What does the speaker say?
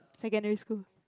secondary school